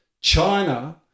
China